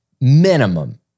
minimum